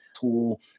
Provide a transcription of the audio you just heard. tool